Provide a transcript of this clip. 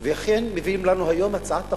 ואכן מביאים לנו היום את הצעת חוק,